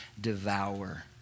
devour